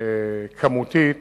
כמותית